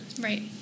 Right